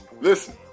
Listen